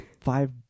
five